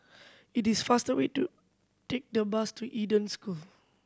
it is faster way to take the bus to Eden School